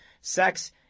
Sex